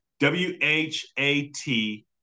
W-H-A-T